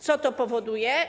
Co to powoduje?